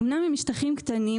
אמנם הם שטחים קטנים,